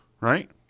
right